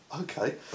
Okay